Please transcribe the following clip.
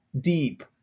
deep